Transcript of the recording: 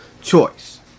choice